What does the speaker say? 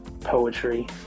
poetry